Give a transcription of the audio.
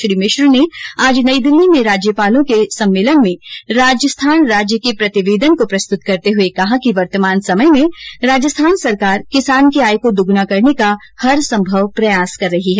श्री मिश्र ने आज नई दिल्ली में राज्यपालों के सम्मेलन में राजस्थान राज्य के प्रतिवेदन को प्रस्तुत करते हुए कहा कि वर्तमान समय में राजस्थान सरकार किसान की आय को दुगुना करने का हर संभव प्रयास कर रही है